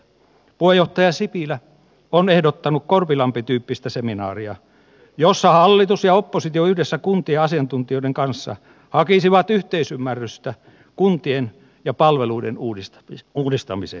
puheenjohtaja sipilä on ehdottanut korpilampi tyyppistä seminaaria jossa hallitus ja oppositio yhdessä kuntien ja asiantuntijoiden kanssa hakisivat yhteisymmärrystä kuntien ja palveluiden uudistamiseen